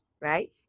right